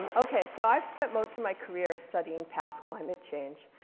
ok. so i've spent most of my career studying past climate change.